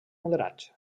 moderats